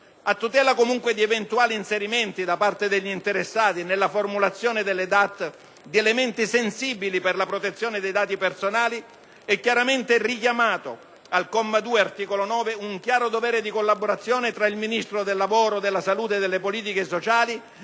A tutela comunque di eventuali inserimenti da parte degli interessati nella formulazione delle DAT di elementi sensibili per la protezione dei dati personali, è chiaramente richiamato al comma 2 dell'articolo 9 un chiaro dovere di collaborazione tra il Ministro del lavoro, della salute e delle politiche sociali